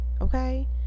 Okay